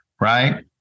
right